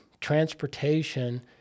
transportation